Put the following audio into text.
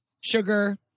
Sugar